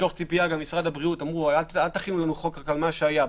גם במשרד הבריאות אמרו: אל תכינו לנו חוק רק על מה שהיה,